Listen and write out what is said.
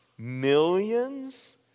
millions